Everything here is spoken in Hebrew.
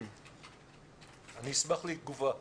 אני אשמח לתגובה.